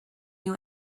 you